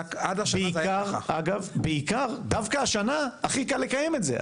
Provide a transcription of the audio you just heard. בעיקר דווקא השנה הכי קל לקיים את זה,